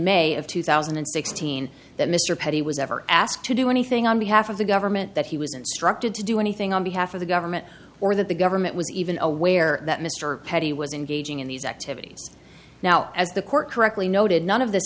may of two thousand and sixteen that mr petit was ever asked to do anything on behalf of the government that he was instructed to do anything on behalf of the government or that the government was even aware that mr petit was engaging in these activities now as the court correctly noted none of this